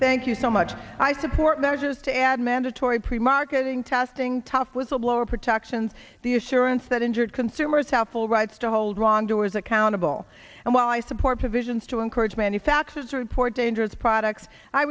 thank you so much i support measures to add mandatory pre marketing testing tough whistleblower protections the assurance that injured consumers have full rights to hold wrongdoers accountable and while i support provisions to encourage manufacturers to report dangerous products i